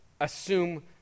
Assume